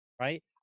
right